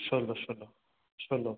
ষোলো ষোলো ষোলো